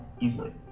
easily